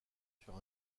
sur